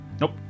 Nope